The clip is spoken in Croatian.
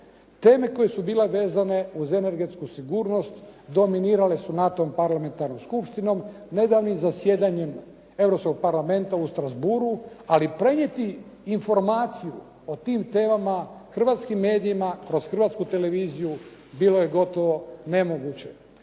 Teme koje su bile vezane uz energetsku sigurnost dominirale su NATO-vom parlamentarnom skupštinom. Nedavnim zasjedanjem Europskog parlamenta u Strazbourgh-u ali prenijeti informaciju o tim temama hrvatskim medijima kroz Hrvatsku televiziju bilo je gotovo nemoguće.